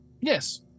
Yes